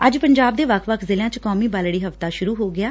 ੱਜ ਪੰਜਾਬ ਦੇ ਵੱਖ ਜ਼ਿਲ੍ਹਿਆਂ ਚ ਕੌਮੀ ਬਾਲੜੀ ਹਫ਼ਤਾ ਸੁਰੂ ਹੋ ਗਿਐ